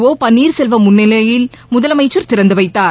ஓ பன்ளீர்செல்வம் முன்னிலையில் முதலமைச்சர் திறந்து வைத்தார்